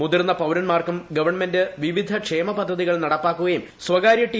മുതിർന്ന പൌരന്മാർക്കും ഗവണമെന്റ് വിവിധ ക്ഷേമ പദ്ധതികൾ നടപ്പാക്കുകയും സ്വകാര്യ ടി